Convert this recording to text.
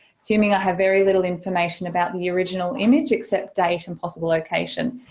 assuming i have very little information about the original image except date and possible location.